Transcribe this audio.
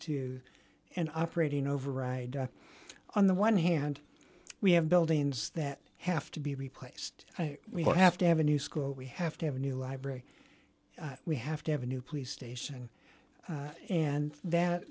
to an operating override on the one hand we have buildings that have to be replaced we will have to have a new school we have to have a new library we have to have a new police station and that